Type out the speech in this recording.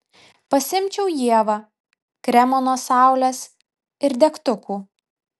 pasiimčiau ievą kremo nuo saulės ir degtukų